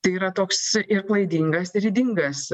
tai yra toks ir klaidingas ir ydingas